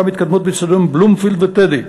מתקדמות באיצטדיון "בלומפילד" וב"טדי".